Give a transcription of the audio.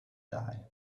die